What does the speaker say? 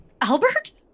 Albert